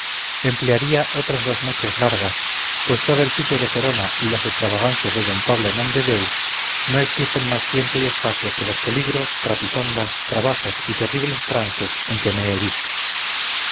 emplearía otras dos noches largas pues todo el sitio de gerona y las extravagancias de d pablo nomdedeu no exigen más tiempo y espacio que los peligros trapisondas trabajos y terribles trances en que me he visto